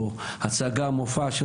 או מופע,